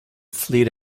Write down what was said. fleet